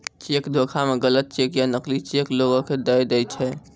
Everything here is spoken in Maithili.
चेक धोखा मे गलत चेक या नकली चेक लोगो के दय दै छै